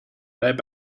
right